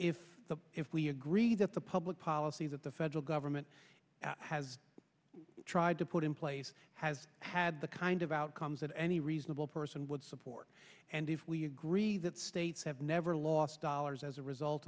if if we agree that the public policy that the federal government has tried to put in place has had the kind of outcomes that any reasonable person would support and if we agree that states have never lost dollars as a result